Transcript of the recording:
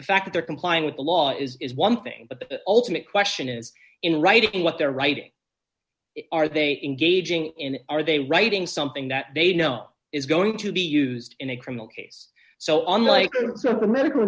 the fact that they're complying with the law is one thing but the ultimate question is in writing what they're writing are they engaging in are they writing something that they know is going to be used in a criminal case so on like the medical